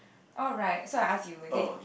alright so I ask you is it